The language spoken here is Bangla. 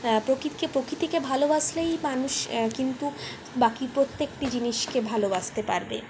প্রকৃত প্রকৃতিকে ভালোবাসলেই মানুষ কিন্তু বাকি প্রত্যেকটি জিনিসকে ভালোবাসতে পারবে